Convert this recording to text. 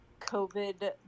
COVID